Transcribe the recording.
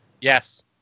Yes